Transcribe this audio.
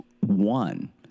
one